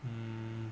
mm